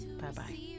bye-bye